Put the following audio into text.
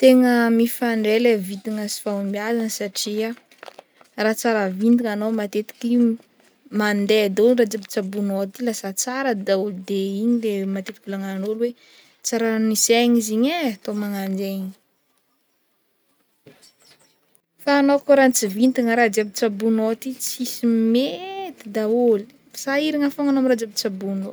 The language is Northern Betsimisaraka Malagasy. Tegna mifandray le vintagna sy fahombiazana satria raha tsara vintagna anao matetiky mandeha daholo raha jiaby tsabonao aty lasa tsara daholo de igny le matetiky volagnan'olo hoe tsara misy aigna izy igny ai atao magnan'jegny fa anao koa ratsy vintagna raha jiaby tsabonao ty tsisy mety daholo sahiragna fogna anao am'raha jiaby tsabonao.